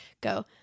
go